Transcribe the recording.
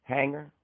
Hanger